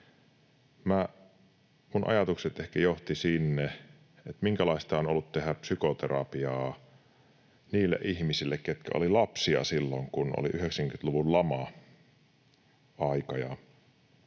Minun ajatukseni ehkä johtivat sinne, minkälaista on ollut tehdä psykoterapiaa niille ihmisille, ketkä olivat lapsia silloin, kun oli 90-luvun lama-aika.